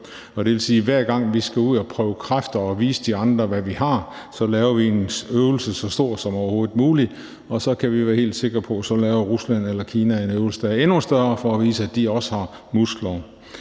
og det vil sige, at hver gang vi skal ud at prøve kræfter og vise de andre, hvad vi har, så laver vi en øvelse så stor som overhovedet muligt. Og så kan vi være helt sikre på, at så laver Rusland eller Kina en øvelse, der er endnu større for at vise, at de også har muskler.